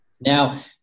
now